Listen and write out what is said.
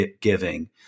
giving